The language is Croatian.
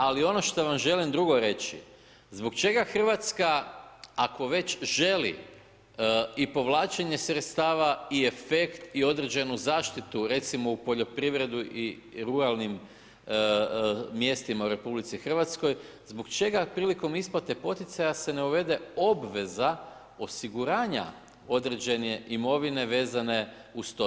Ali ono što vam želi drugo reći, zbog čega RH ako već želi i povlačenje sredstava i efekt i određenu zaštitu recimo u poljoprivredu i ruralnim mjestima u RH, zbog čega prilikom isplate poticaja se ne uvede obveza osiguranja određene imovine vezane uz to.